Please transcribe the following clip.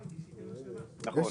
נכון.